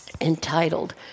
entitled